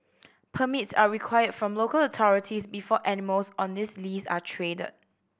permits are required from local authorities before animals on this list are traded